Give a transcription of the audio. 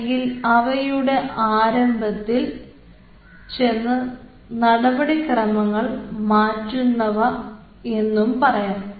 അല്ലെങ്കിൽ അവയുടെയുടെ ആരംഭത്തിൽ ചെന്ന് നടപടിക്രമങ്ങൾ മാറ്റുന്നവ എന്നും പറയാം